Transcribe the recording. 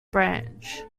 branch